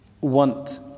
want